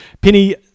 Penny